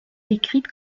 décrite